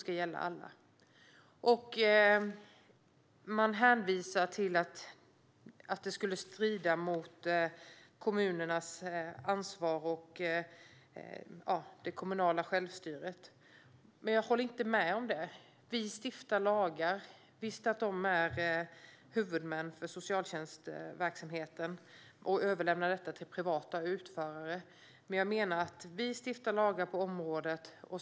Regeringen hänvisar till att det skulle strida mot det kommunala självstyret. Jag håller inte med om det. Visst är kommunerna huvudmän för socialtjänstens verksamheter och kan överlämna detta till privata utförare. Men jag menar att det är vi som stiftar lagar på området.